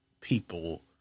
people